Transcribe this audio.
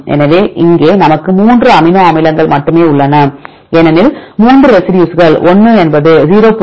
எனவே இங்கே நமக்கு 3 அமினோ அமிலங்கள் மட்டுமே உள்ளன ஏனெனில் 3 ரெசிடியூஸ்கள் 1 என்பது 0